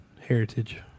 heritage